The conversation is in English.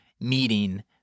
meeting